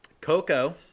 Coco